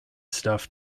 stuff